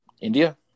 India